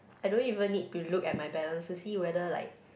I don't even need to look at my balance to see whether like